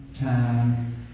time